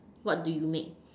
what do you make